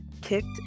kicked